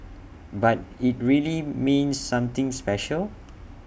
but IT really means something special